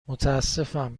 متاسفم